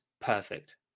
perfect